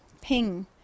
ping